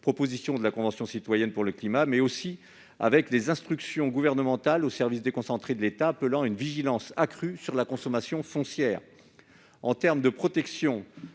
proposition de la Convention citoyenne pour le climat, mais aussi avec les instructions gouvernementales aux services déconcentrés de l'État appelant à une vigilance accrue sur la consommation foncière. S'agissant de la protection